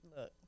Look